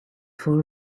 for